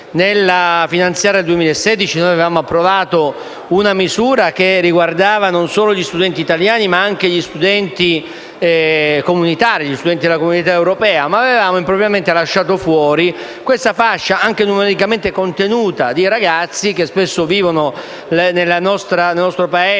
Nella finanziaria 2016 avevamo approvato una misura che riguardava non solo gli studenti italiani, ma anche gli studenti della comunità europea, ma avevamo impropriamente lasciato fuori questa fascia, anche numericamente contenuta, di ragazzi che spesso vivono nel nostro Paese,